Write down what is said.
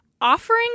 offering